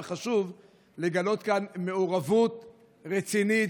וחשוב לגלות כאן מעורבות רצינית.